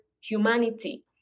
humanity